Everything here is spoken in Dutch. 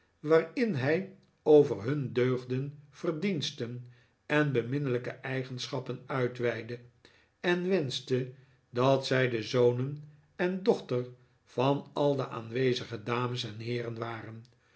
waarin hij over hun deugden verdiensten en beminnelijke eigenschappen uitweidde en wenschte dat zij de zonen en dochter van al de aanwezige dames en heeren waren